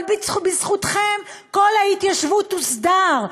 אבל בזכותכם כל ההתיישבות תוסדר,